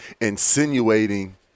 insinuating